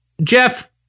Jeff